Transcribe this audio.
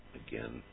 again